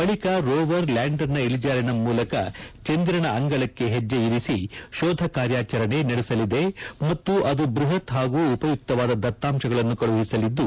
ಬಳಿಕ rover lander ನ ಇಳಿಜಾರಿನ ಮೂಲಕ ಚಂದಿರನ ಅಂಗಳಕ್ಕೆ ಹೆಜ್ಲೆ ಇರಿಸಿ ಶೋಧ ಕಾರ್ಯಾಚರಣೆ ನಡೆಸಲಿದೆ ಮತ್ತು ಅದು ಬೃಹತ್ ಹಾಗೂ ಉಪಯುಕ್ತವಾದ ದತ್ತಾಂಶಗಳನ್ನು ಕಳುಹಿಸಲಿದ್ದು